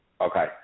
Okay